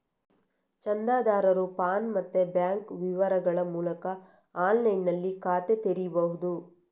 ಚಂದಾದಾರರು ಪಾನ್ ಮತ್ತೆ ಬ್ಯಾಂಕ್ ವಿವರಗಳ ಮೂಲಕ ಆನ್ಲೈನಿನಲ್ಲಿ ಖಾತೆ ತೆರೀಬಹುದು